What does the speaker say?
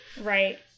Right